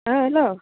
अ hello